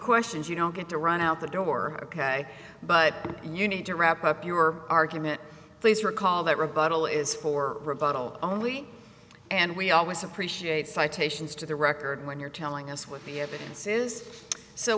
questions you don't get to run out the door ok but you need to wrap up your argument please recall that rebuttal is for rebuttal only and we always appreciate citations to the record when you're telling us what the evidence is so